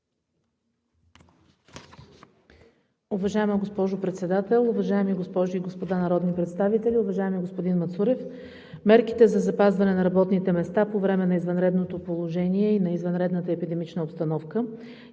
Уважаема госпожо Председател, уважаеми госпожи и господа народни представители! Уважаеми господин Мацурев, мерките за запазване на работните места по време на извънредното положение и на извънредната епидемична обстановка,